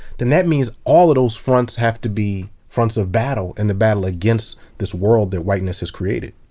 then that means all of those fronts have to be fronts of battle in the battle against this world that whiteness has created.